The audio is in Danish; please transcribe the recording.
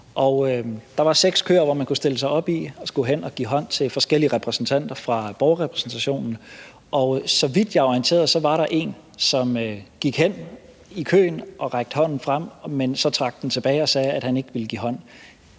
Der var seks køer, man kunne stille sig op for at komme hen og give hånd til forskellige repræsentanter for borgerrepræsentationen, og så vidt jeg er orienteret, var der en, som gik hen i køen og rakte hånden frem, men så trak den tilbage og sagde, at han ikke ville give hånd.